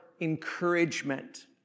encouragement